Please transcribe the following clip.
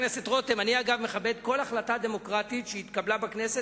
אני מכבד כל החלטה דמוקרטית שהתקבלה בכנסת,